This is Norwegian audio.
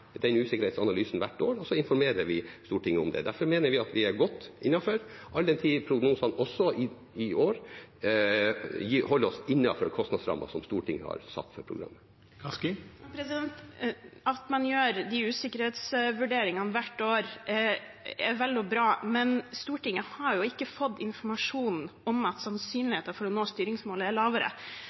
godt innenfor, all den tid prognosene også i år holder oss innenfor kostnadsrammene som Stortinget har satt for programmet. At man gjør de usikkerhetsvurderingene hvert år, er vel og bra, men Stortinget har ikke fått informasjonen om at sannsynligheten for å nå styringsmålet er lavere.